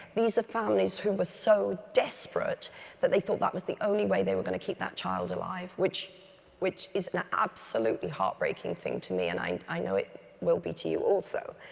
these are families who were so desperate that they thought that was the only way they were going to keep that child alive. which which is an absolutely heartbreaking thing to me, and i and i know it will be to you also.